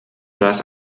das